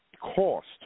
cost